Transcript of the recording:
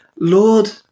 lord